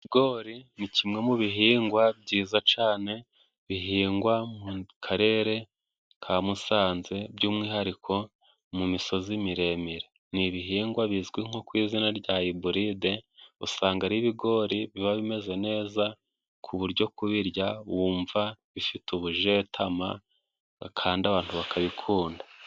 Ibigori ni kimwe mu bihingwa byiza cane bihingwa mu karere ka Musanze by'umwihariko mu misozi miremire. Ni ibihingwa bizwi nko ku izina rya iburide, usanga ari ibigori biba bimeze neza ku buryo kubirya wumva bifite ubujetama bakanda abantu bakabikunda.